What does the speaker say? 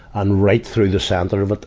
and right through the center of it,